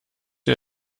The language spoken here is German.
ihr